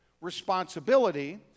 responsibility